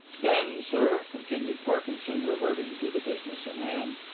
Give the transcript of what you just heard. then, sir, continued parkinson, reverting to the business in hand,